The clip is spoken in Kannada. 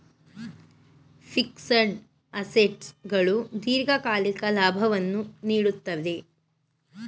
ಫಿಕ್ಸಡ್ ಅಸೆಟ್ಸ್ ಗಳು ದೀರ್ಘಕಾಲಿಕ ಲಾಭವನ್ನು ನೀಡುತ್ತದೆ